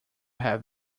have